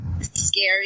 scary